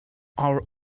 our